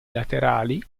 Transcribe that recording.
laterali